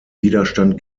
widerstand